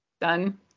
done